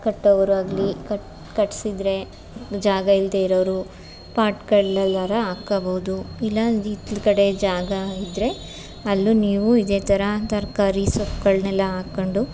ಕಟ್ಟವರು ಆಗಲಿ ಕಟಿ ಕಟ್ಟಿಸಿದ್ರೆ ಜಾಗ ಇಲ್ಲದೇ ಇರೋವ್ರು ಪಾಟ್ಗಳಲ್ಲಾರು ಹಾಕಬೋದು ಇಲ್ಲ ಹಿತ್ಲ ಕಡೆ ಜಾಗ ಇದ್ದರೆ ಅಲ್ಲೂ ನೀವು ಇದೇ ಥರ ತರಕಾರಿ ಸೊಪ್ಪುಗಳ್ನೆಲ್ಲ ಹಾಕಂಡು